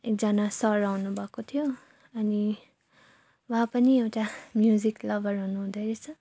एकजना सर आउनु भएको थियो अनि उहाँ पनि एउटा म्युजिक लभर हुनुहुँदो रहेछ